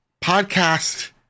podcast